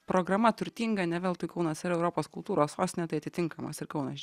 programa turtinga ne veltui kaunas yra europos kultūros sostinė tai atitinkamas ir kaunas